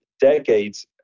decades